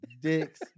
dicks